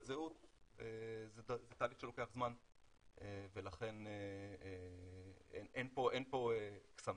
זהות זה תהליך שלוקח זמן ולכן אין פה קסמים.